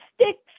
sticks